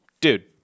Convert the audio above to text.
dude